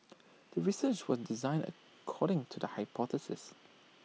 the research was designed according to the hypothesis